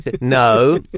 No